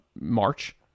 March